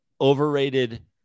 overrated